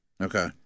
Okay